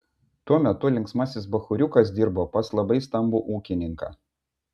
tuo metu linksmasis bachūriukas dirbo pas labai stambų ūkininką